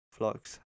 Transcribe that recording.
vlogs